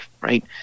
Right